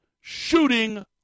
shooting